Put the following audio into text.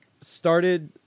started